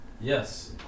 yes